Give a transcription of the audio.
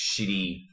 shitty